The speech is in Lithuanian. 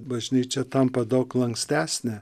bažnyčia tampa daug lankstesnė